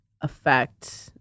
affect